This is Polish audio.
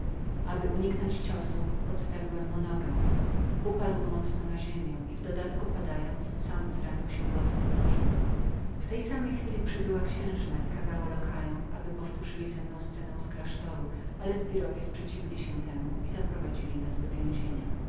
aby uniknąć tego ciosu podstawiłem mu nogę upadł mocno na ziemię i nawet padając sam zranił się własnym nożem księżna przybyła na tę sprawę i kazała lokajom aby powtórzyli ze mną scenę z klasztoru ale zbiry sprzeciwili się temu i zaprowadzili nas do więzienia